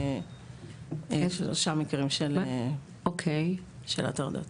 ושלושה מקרים של הטרדות.